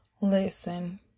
listen